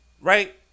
Right